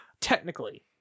technically